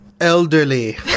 Elderly